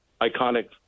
iconic